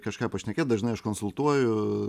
kažką pašnekėti dažnai aš konsultuoju